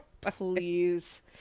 please